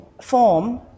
form